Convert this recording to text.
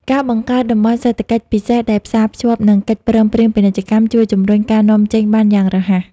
ការបង្កើតតំបន់សេដ្ឋកិច្ចពិសេសដែលផ្សារភ្ជាប់នឹងកិច្ចព្រមព្រៀងពាណិជ្ជកម្ម ជួយជំរុញការនាំចេញបានយ៉ាងរហ័ស។